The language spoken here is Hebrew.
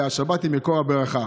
והשבת היא מקור הברכה.